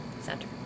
Center